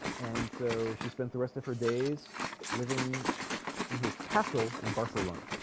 and so she spent the rest of her days living in his castle in barcelona